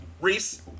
Reese